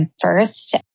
first